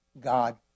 God